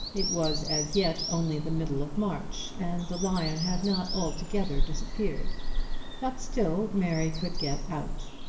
it was as yet only the middle of march and the lion had not altogether disappeared but still mary could get out.